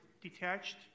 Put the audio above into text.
detached